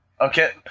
Okay